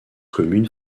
communes